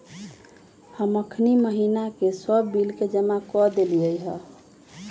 हम अखनी महिना के सभ बिल के जमा कऽ देलियइ ह